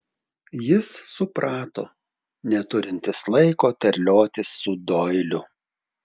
jis suprato neturintis laiko terliotis su doiliu